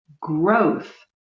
Growth